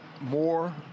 more